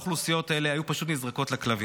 האחוריות להתנגד.